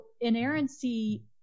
inerrancy